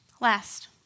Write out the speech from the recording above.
Last